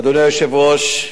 אדוני היושב-ראש,